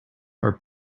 are